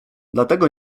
dlatego